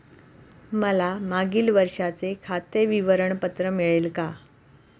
मला मागील वर्षाचे खाते विवरण पत्र मिळेल का?